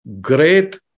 great